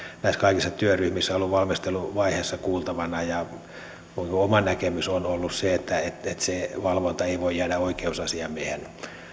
näissä kaikissa työryhmissä valmisteluvaiheessa kuultavana että oma näkemykseni on ollut se että että se valvonta ei voi jäädä oikeusasiamiehen